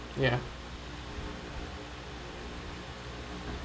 ya